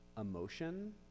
emotion